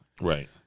Right